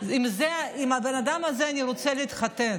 עם הבן אדם הזה אני רוצה להתחתן.